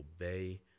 obey